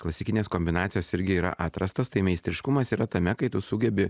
klasikinės kombinacijos irgi yra atrastos tai meistriškumas yra tame kai tu sugebi